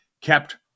kept